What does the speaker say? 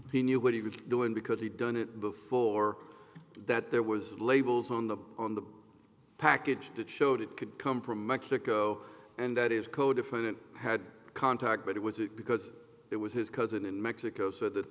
he knew what he was doing because he done it before that there was labels on the on the package that showed it could come from mexico and that is codefendant had contact but it was it because it was his cousin in mexico said that